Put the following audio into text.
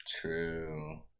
true